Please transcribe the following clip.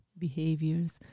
behaviors